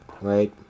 right